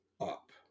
up